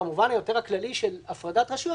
במובן היותר כללי של הפרדת רשויות,